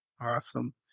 Awesome